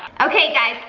okay guys,